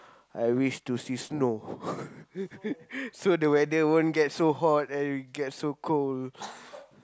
I wish to see snow so the weather won't get so hot and it get so cold